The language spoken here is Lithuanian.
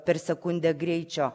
per sekundę greičio